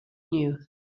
knew